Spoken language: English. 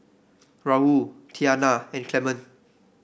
Raul Tianna and Clement